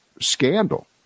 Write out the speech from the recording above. scandal